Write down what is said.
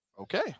Okay